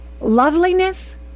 loveliness